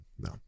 no